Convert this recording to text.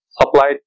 supply